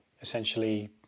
essentially